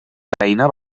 feina